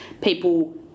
people